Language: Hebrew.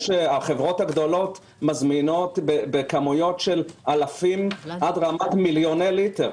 החברות הגדולות מזמינות בכמויות של אלפים עד רמת מיליוני ליטר.